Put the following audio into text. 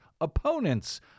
opponents